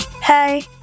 Hey